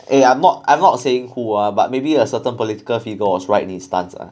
eh I'm not I'm not saying who ah but maybe a certain political figure was rightly stanza